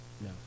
No